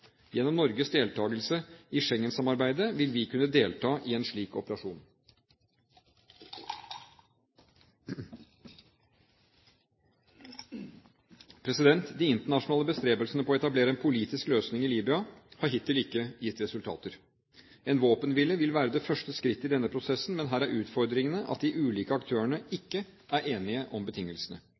Gjennom Norges deltakelse i Schengensamarbeidet vil vi kunne delta i en slik diskusjon. De internasjonale bestrebelsene for å etablere en politisk løsning i Libya har hittil ikke gitt resultater. En våpenhvile vil være det første skrittet i denne prosessen, men her er utfordringene at de ulike aktørene ikke er enige om betingelsene.